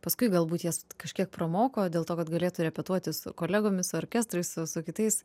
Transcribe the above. paskui galbūt jas kažkiek pramoko dėl to kad galėtų repetuoti su kolegomis orkestrais su su kitais